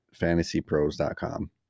fantasypros.com